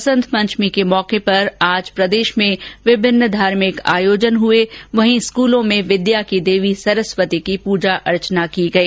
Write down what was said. बसंत पंचमी के मौके पर आज प्रदेश में विभिन्न धार्मिक आयोजन हए वहीं स्कूलों में विद्या की देवी सरस्वती की पूजा अर्चना की गई